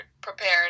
prepared